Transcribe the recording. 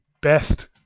best